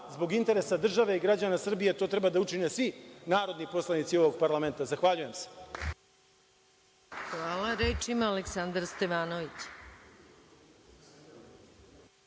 zbog interesa države i građana Srbije to treba da učine svi narodni poslanici ovog parlamenta. Zahvaljujem se. **Maja Gojković** Hvala. Reč ima Aleksandar Stevanović.